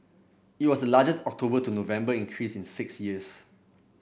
it was the largest October to November increase in six years